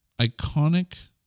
iconic